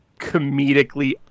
comedically